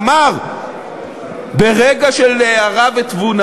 אמר ברגע של הארה ותבונה,